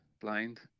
blind